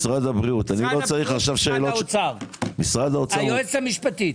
משרד הבריאות ומשרד האוצר והיועצת המשפטית.